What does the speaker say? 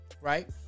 right